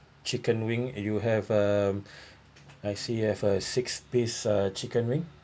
chicken wing you have um I see you have a six piece uh chicken wing